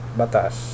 batas